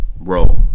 bro